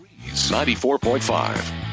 94.5